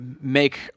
make